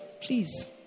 Please